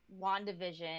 WandaVision